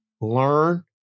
learn